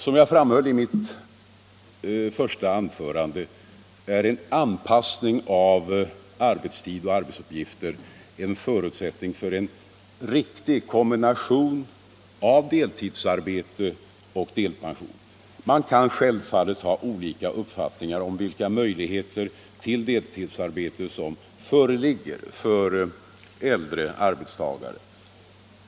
Som jag framhöll i mitt första anförande är en anpassning av arbetstid och arbetsuppgifter en förutsättning för en riktig kombination av deltidsarbete och delpension. Man kan självfallet ha olika uppfattningar om vilka möjligheter till deltidsarbete som föreligger för äldre arbetstagare.